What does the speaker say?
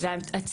ואין מענה.